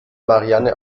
marianne